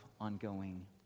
ongoing